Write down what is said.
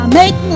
make